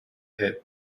hit